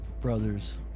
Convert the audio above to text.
brothers